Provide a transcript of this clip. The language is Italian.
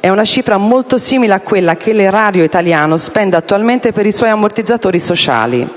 È una cifra molto simile a quella che l'erario italiano spende attualmente per i suoi ammortizzatori sociali.